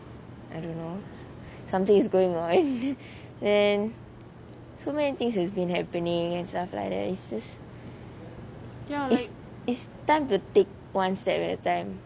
I don't know something is going on and so many thing has been happening and stuff like that it's just it's it's time to take one step at a time